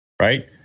right